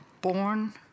born